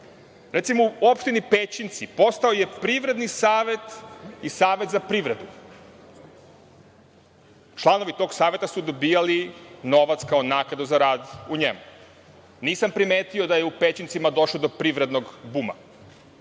odatle. Recimo u opštini Pećinci postojao je Privredni savet i Savet za privredu. Članovi tog saveta su dobijali novac kao naknadu za rad u njemu. Nisam primetio da je u Pećincima došlo do privrednog buma. Onda,